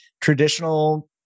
traditional